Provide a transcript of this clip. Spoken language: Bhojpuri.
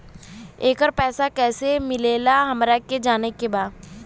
येकर पैसा कैसे मिलेला हमरा के जाने के बा?